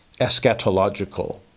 eschatological